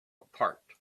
apart